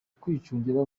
kwicungira